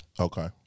Okay